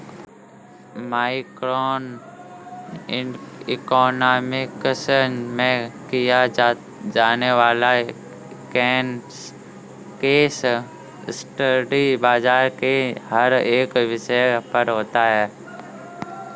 micro economics में किया जाने वाला केस स्टडी बाजार के हर एक विषय पर होता है